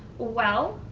well,